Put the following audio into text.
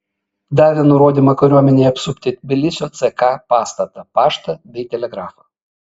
davė nurodymą kariuomenei apsupti tbilisio ck pastatą paštą bei telegrafą